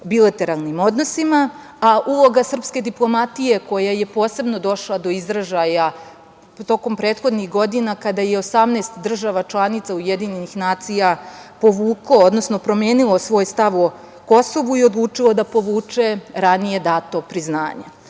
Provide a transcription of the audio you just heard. bilateralnim odnosima, a uloga srpske diplomatije koja je posebno došla do izražaja tokom prethodnih godina kada je 18 država članica UN povuklo, odnosno promenilo svoj stav o Kosovu i odlučilo da povuče ranije dato priznanje. Nastavak